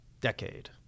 decade